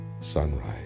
sunrise